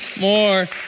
more